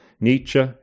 nietzsche